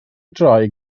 droi